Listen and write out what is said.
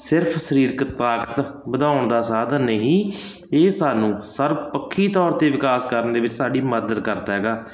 ਸਿਰਫ ਸਰੀਰਕ ਤਾਕਤ ਵਧਾਉਣ ਦਾ ਸਾਧਨ ਨਹੀਂ ਇਹ ਸਾਨੂੰ ਸਰਬ ਪੱਖੀ ਤੌਰ 'ਤੇ ਵਿਕਾਸ ਕਰਨ ਦੇ ਵਿੱਚ ਸਾਡੀ ਮਦਦ ਕਰਦਾ ਹੈਗਾ